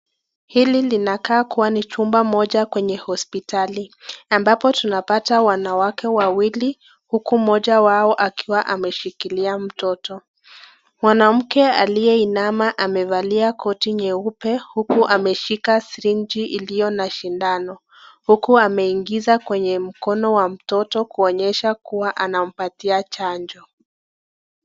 Hili linakaa kuwa ni chumba moja kwenye hospitali . Ambapo tunapata wanawake wawili, huku moja wao akiwa ameshikilia mtoto. Mwanamke aliyeinama amevalia koti nyeupe huku ameshika siringi iliyo na shindano. Huku ameingiza kwenye mkono wa mtoto kuonyesha kuwa anampatia chanjo.